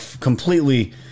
completely